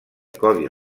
codis